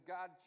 God